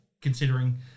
considering